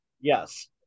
yes